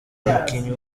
umukinnyi